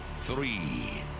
three